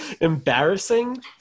embarrassing